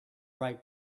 write